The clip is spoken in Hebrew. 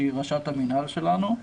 שהיא ראש המינהל שלנו,